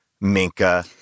Minka